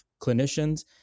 clinicians